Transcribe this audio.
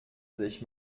sich